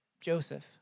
Joseph